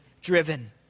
Driven